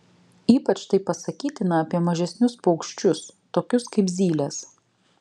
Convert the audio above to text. ypač tai pasakytina apie mažesnius paukščius tokius kaip zylės